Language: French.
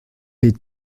les